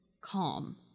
calm